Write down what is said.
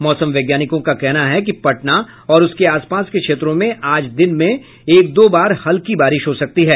मौसम वैज्ञानिकों का कहना है कि पटना और उसके आसपास के क्षेत्रों में आज दिन में एक दो बार हल्की बारिश हो सकती है